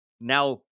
Now